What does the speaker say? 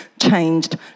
changed